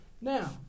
now